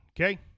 Okay